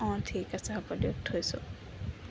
অঁ ঠিক আছে হ'ব দিয়ক থৈছোঁ